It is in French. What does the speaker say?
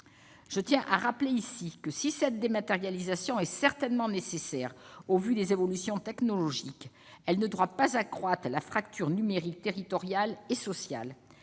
Je tiens à rappeler que, si cette dématérialisation est certainement nécessaire au vu des évolutions technologiques, elle ne doit pas accroître la fracture numérique territoriale et sociale.